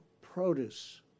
produce